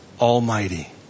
Almighty